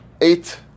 eight